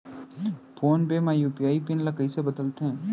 Phone पे म UPI PIN ल कइसे बदलथे?